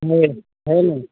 है है ना